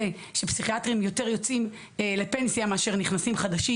שפסיכיאטרים יותר יוצאים לפנסיה מאשר נכנסים חדשים.